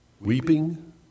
weeping